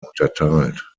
unterteilt